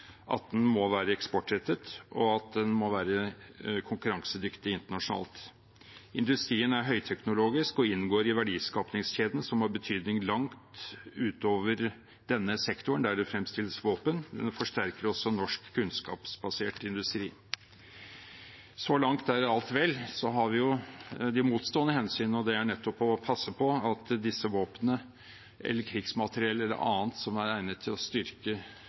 må være eksportrettet, og at den må være konkurransedyktig internasjonalt. Industrien er høyteknologisk og inngår i verdiskapingskjeden, som har betydning langt utover denne sektoren der det fremstilles våpen. Den forsterker også norsk kunnskapsbasert industri. Så langt er alt vel. Så har vi de motstående hensyn, og det er nettopp å passe på at disse våpnene, krigsmateriellet eller annet som er egnet til å styrke